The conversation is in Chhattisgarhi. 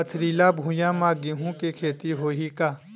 पथरिला भुइयां म गेहूं के खेती होही का?